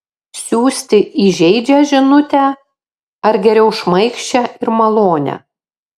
siųsti įžeidžią žinutę ar geriau šmaikščią ir malonią